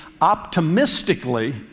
optimistically